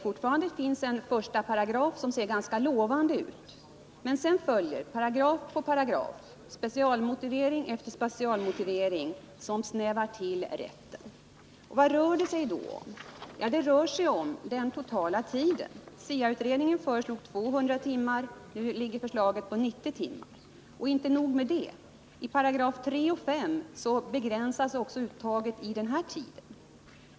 Fortfarande finns en första paragraf som ser ganska lovande ut, men sedan följer paragraf på paragraf, specialmotivering efter specialmotivering som snävar till rätten. Vad rör det sig då om? Jo, det rör sig om den totala tiden. SIA-utredningen föreslog 200 timmar. Nu ligger förslaget på 90 timmar. Inte nog med det. I 3 och 5 §§ begränsas också uttaget i den här tiden.